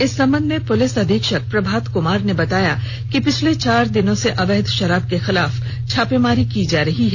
इस संबंध में पुलिस अधीक्षक प्रभात क्मार ने बताया कि पिछले चार दिनों से अवैध शराब के खिलाफ छापेमारी की जा रही है